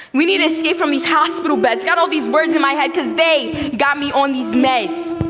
we need to escape from these hospital beds, got all these words in my head cause they got me on these meds.